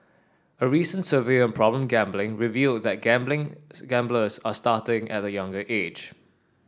a recent survey on problem gambling revealed that gambling gamblers are starting at a younger age